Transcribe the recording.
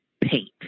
paint